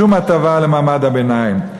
שום הטבה למעמד הביניים,